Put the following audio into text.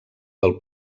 del